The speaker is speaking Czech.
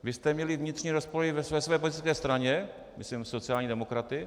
Vy jste měli vnitřní rozpory ve své straně myslím sociální demokraty.